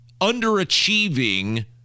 underachieving